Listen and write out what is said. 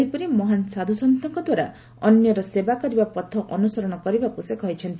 ସେହିପରି ମହାନ ସାଧୁସନ୍ତଙ୍କ ଦ୍ୱାରା ଅନ୍ୟର ସେବା କରିବା ପଥ ଅନୁସରଣ କରିବାକୁ ସେ କହିଛନ୍ତି